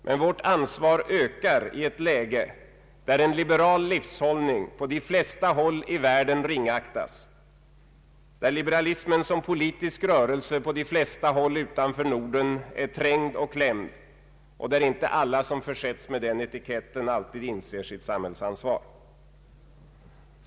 Men vårt ansvar ökar i ett läge där en liberal livshållning på de flesta håll i världen ringaktas, där liberalismen som politisk rörelse på de flesta håll utanför Norden är trängd och klämd och där inte alla som försetts med den etiketten alltid inser sitt sociala ansvar.